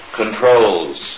controls